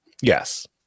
Yes